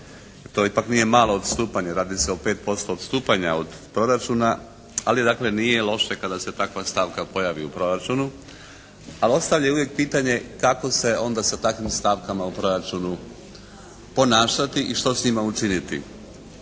To ipak nije malo odstupanje, radi se o 5% odstupanja od proračuna, ali dakle nije loše kada se takva stavka pojavi u proračunu, ali ostaje uvijek pitanje kako se onda sa takvim stavkama u proračunu ponašati i što se ima učiniti.